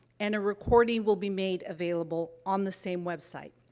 and a recording will be made available on the same website.